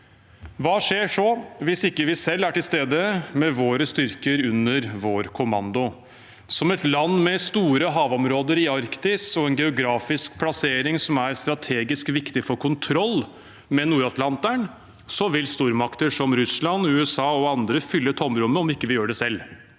Hva skjer hvis vi ikke selv er til stede med våre styrker under vår kommando – som et land med store havområder i Arktis og en geografisk plassering som er strategisk viktig for kontroll med Nord-Atlanteren? Stormakter som Russland, USA og andre vil fylle tomrommet om vi ikke gjør det selv.